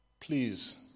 Please